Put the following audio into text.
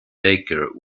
baker